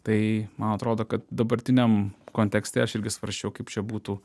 tai man atrodo kad dabartiniam kontekste aš irgi svarsčiau kaip čia būtų